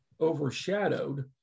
overshadowed